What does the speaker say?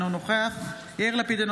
אינו נוכח יאיר לפיד,